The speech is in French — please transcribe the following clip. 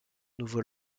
nouveau